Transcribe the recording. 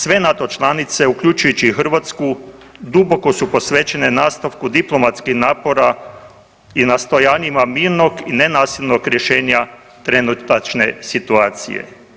Sve NATO članice uključujući i Hrvatsku duboko su posvećene nastavku diplomatskih napora i nastojanjima mirnog i nenasilnog rješenja trenutačne situacije.